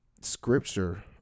Scripture